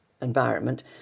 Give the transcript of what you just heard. environment